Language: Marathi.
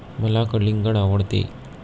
मला कलिंगड आवडते